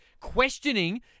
questioning